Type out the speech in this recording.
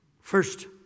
first